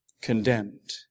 condemned